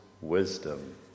wisdom